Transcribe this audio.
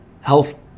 health